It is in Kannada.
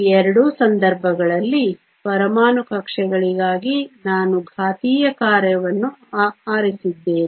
ಈ ಎರಡೂ ಸಂದರ್ಭಗಳಲ್ಲಿ ಪರಮಾಣು ಕಕ್ಷೆಗಳಿಗಾಗಿ ನಾನು ಘಾತೀಯ ಕಾರ್ಯವನ್ನು ಆರಿಸಿದ್ದೇನೆ